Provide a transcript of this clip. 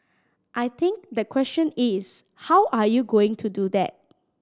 I think the question is how are you going to do that